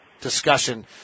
discussion